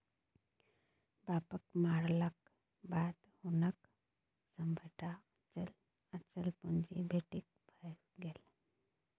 बापक मरलाक बाद हुनक सभटा चल अचल पुंजी बेटीक भए गेल